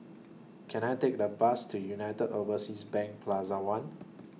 Can I Take A Bus to United Overseas Bank Plaza one